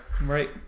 Right